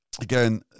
Again